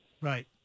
Right